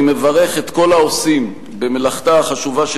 אני מברך את כל העושים במלאכתה החשובה של